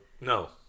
no